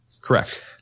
Correct